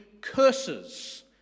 curses